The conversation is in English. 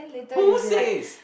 who says